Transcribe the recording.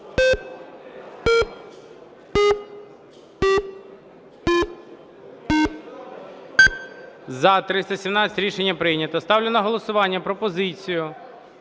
За-317 Рішення прийнято. Ставлю на голосування пропозицію